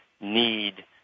need